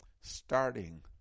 starting